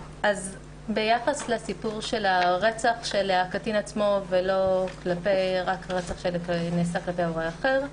ביחס לעניין הרצח של הקטין עצמו ולא רק רצח שנעשה כלפי הורה אחר,